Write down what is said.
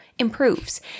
improves